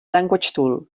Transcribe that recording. languagetool